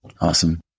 Awesome